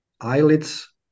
eyelids